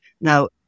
Now